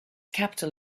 capital